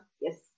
Yes